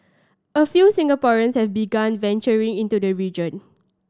a few Singaporeans have begun venturing into the region